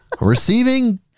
receiving